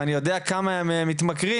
ואני יודע כמה מתמכרים,